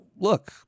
look